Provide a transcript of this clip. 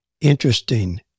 Interesting